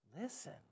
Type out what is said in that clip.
Listen